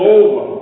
over